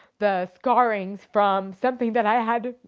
the scarrings from something that i had,